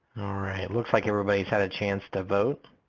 all right looks like everybody's had a chance to vote.